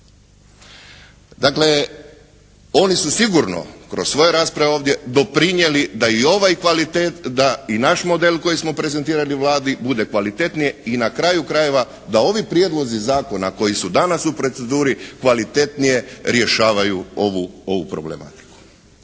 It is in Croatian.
Dakle, oni su sigurno kroz svoje rasprave ovdje doprinijeli da i naš model koji smo prezentirali Vladi bude kvalitetniji, i na kraju krajeva da ovi prijedlozi zakona koji su danas u proceduri kvalitetnije rješavaju ovu problematiku.